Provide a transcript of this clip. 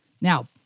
Now